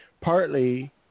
partly